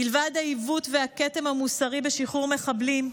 מלבד העיוות והכתם המוסרי בשחרור מחבלים,